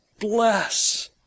bless